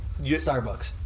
Starbucks